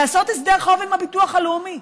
לעשות הסדר חוב עם הביטוח הלאומי.